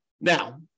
now